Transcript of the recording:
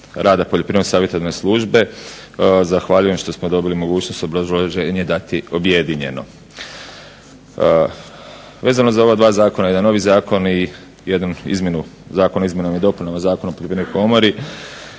rada Poljoprivredno savjetodavne službe zahvaljujem što smo dobili mogućnost obrazloženje dati objedinjeno. Vezano za ova dva zakona, jedan novi zakon i jednu izmjenu, Zakon o izmjenama i dopunama Zakona o Poljoprivrednoj komori,